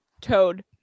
toad